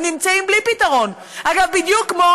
הם נמצאים בלי פתרון, אגב, בדיוק כמו